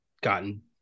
gotten